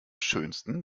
schönsten